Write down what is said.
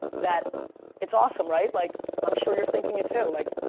that it's awesome, right? like i'm sure you're thinking it too. like,